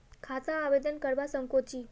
खाता आवेदन करवा संकोची?